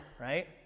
right